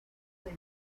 vida